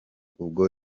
ubwo